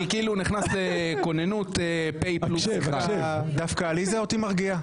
אני כאילו נכנס לכוננות פ' פלוס 1. עליזה דווקא מרגיעה אותי.